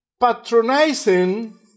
patronizing